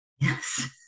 Yes